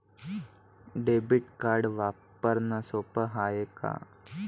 Debit card वापरणं सोप हाय का?